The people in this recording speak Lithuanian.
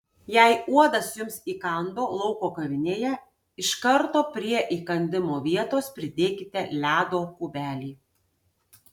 jei uodas jums įkando lauko kavinėje iš karto prie įkandimo vietos pridėkite ledo kubelį